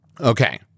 Okay